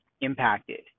impacted